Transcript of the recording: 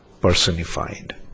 personified